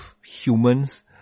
humans